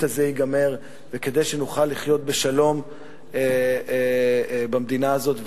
הזה ייגמר וכדי שנוכל לחיות בשלום במדינה הזאת,